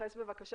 שתתייחס בבקשה